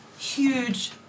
Huge